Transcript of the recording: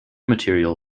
material